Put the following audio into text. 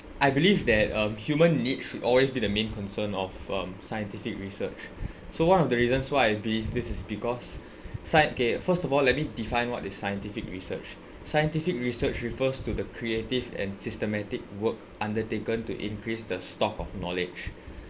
I believe that um human needs should always be the main concern of um scientific research so one of the reasons why I believe this is because scien~ okay first of all let me define what is scientific research scientific research refers to the creative and systematic work undertaken to increase the stock of knowledge